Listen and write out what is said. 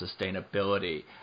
sustainability